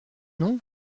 non